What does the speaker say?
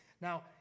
Now